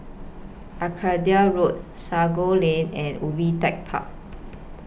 Arcadia Road Sago Lane and Ubi Tech Park